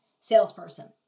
salesperson